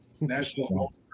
national